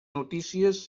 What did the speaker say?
notícies